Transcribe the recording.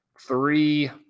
three